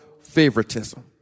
favoritism